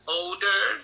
older